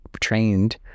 trained